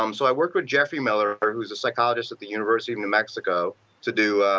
um so, i worked with geoffrey miller who is a psychologist at the university of new mexico to do,